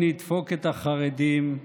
שכדי להיות היום חרדי או אדם